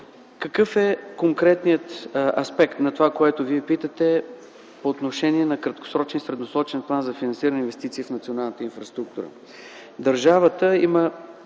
Какъв е конкретният аспект на това, което Вие питате по отношение на краткосрочния и средносрочен план за финансиране и инвестиции в националната инфраструктура?